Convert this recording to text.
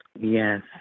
Yes